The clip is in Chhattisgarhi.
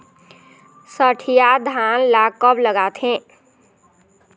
सठिया धान ला कब लगाथें?